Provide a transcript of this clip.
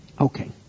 Okay